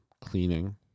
cleaning